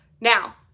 Now